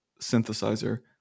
synthesizer